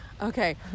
Okay